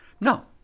No